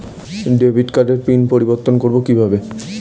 Debit কার্ডের PIN পরিবর্তন করবো কীভাবে?